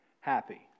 happy